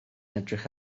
edrych